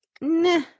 Nah